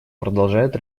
продолжает